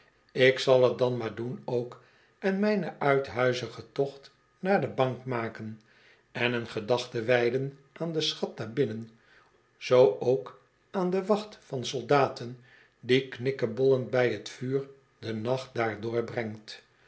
ik zal t dan maar doen ook en myn uithuizigen tocht naar de bank maken en een gedachte wijden aan den schat daarbinnen zoo ook aan de wacht van soldaten die knikkebollend bij t vuur den nacht daar doorbrengt